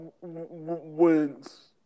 wins